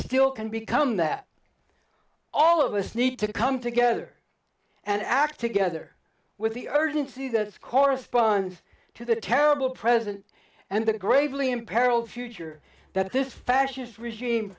still can become that all of us need to come together and act together with the urgency that corresponds to the terrible present and the gravely in peril future that this fascist regime